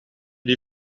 die